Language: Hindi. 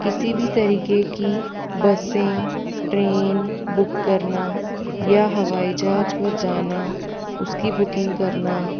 किसी भी तरीक़े की बसें ट्रेन बुक करना या हवाई जहाज़ पर जाना उसकी बुकिंग करना